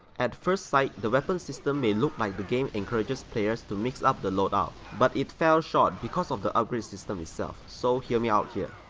at first sight the weapon system may look like the game encourages players to mix up the load-out, but it fell short because of the upgrade system itself, so hear me out here.